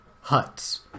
Huts